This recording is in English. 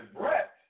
Brett